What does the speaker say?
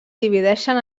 divideixen